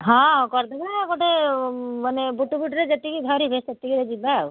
ହଁ କରିଦେବା ଗୋଟିଏ ମାନେ ଭୁଟୁଭୁଟିରେ ଯେତିକି ଧରିବେ ସେତିକିରେ ଯିବା